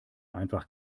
einfach